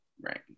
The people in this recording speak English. Right